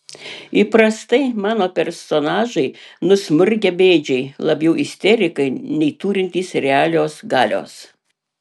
įprastai mano personažai nusmurgę bėdžiai labiau isterikai nei turintys realios galios